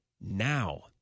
now